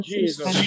Jesus